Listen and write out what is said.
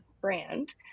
brand